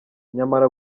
nyamara